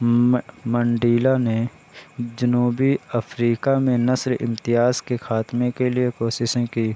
Mandela نے جنوبی افریقہ میں نسلی امتیاز کے خاتمے کے لیے کوششیں کی